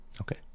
Okay